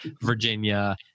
Virginia